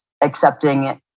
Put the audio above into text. accepting